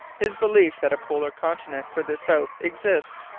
his belief that a polar continent farther south exists,